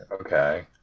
Okay